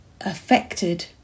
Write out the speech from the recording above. affected